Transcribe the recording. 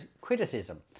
criticism